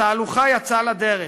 התהלוכה יצאה לדרך.